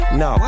no